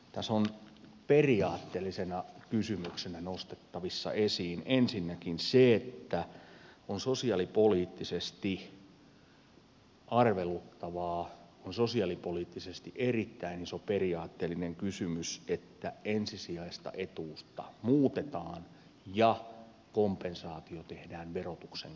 tässä on periaatteellisena kysymyksenä nostettavissa esiin ensinnäkin se että on sosiaalipoliittisesti arveluttavaa on sosiaalipoliittisesti erittäin iso periaatteellinen kysymys että ensisijaista etuutta muutetaan ja kompensaatio tehdään verotuksen kautta